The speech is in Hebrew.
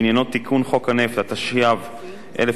התשי"ב 1952,